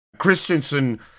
Christensen